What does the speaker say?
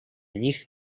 них